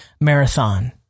marathon